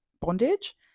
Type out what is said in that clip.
bondage